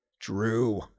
Drew